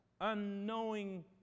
unknowing